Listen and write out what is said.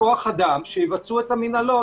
וכוח אדם שיבצעו את המנהלות.